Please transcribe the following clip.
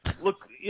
look